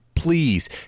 Please